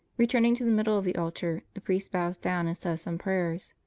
returning to the middle of the altar, the priest bows down and says some prayers.